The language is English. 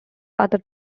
other